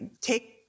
take